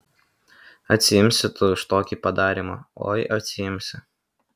atsiimsi tu už tokį padarymą oi atsiimsi